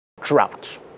Drought